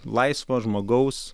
laisvo žmogaus